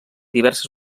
diverses